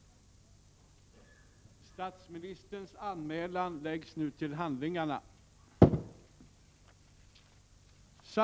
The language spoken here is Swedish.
Statsministerns anmälan lades till handlingarna.